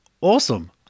Awesome